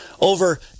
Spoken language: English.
over